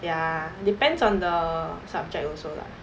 ya depends on the subject also lah